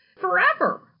forever